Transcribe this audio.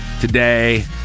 today